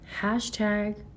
hashtag